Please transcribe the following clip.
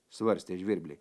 svarstė žvirbliai